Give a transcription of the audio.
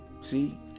See